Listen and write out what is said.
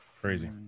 crazy